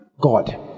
God